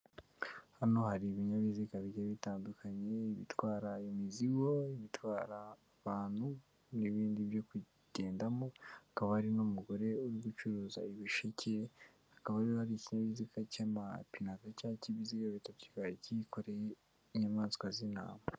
Hano hari ibinyabiziga bigiye bitandukanye, ibitwara imizigo, ibitwara abantu n'ibindi byo kugendamo. Akaba hari n'umugore uri gucuruza ibisheke, hakaba rero hari ikinyabiziga cy'amapine abiri cyangwa cy'ibiziga bitatu, kikaba kikoreye inyamaswa z'intama.